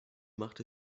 macht